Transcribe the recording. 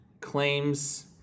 claims